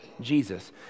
Jesus